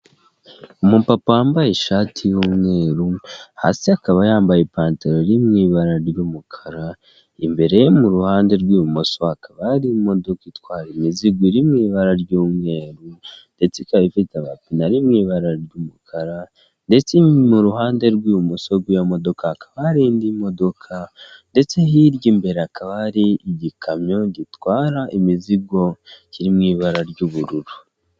Umupapa wambaye ishati y'umweru, hasi akaba yambaye ipantaro iri mu ibara ry'umukara, imbere ye mu ruhande rw'ibumoso hakaba hari mudoka itwara imizigo iri mu ibara ry'umweru, ndetse ikaba ifite amapine ari mu ibara ry'umukara, ndetse mu ruhande rw'ibumoso rw'iyo modoka hakaba hari modoka, ndetse hirya imbere hakaba hari igikamyo gitwara imizigo kiri mu ibara ry'ubururu.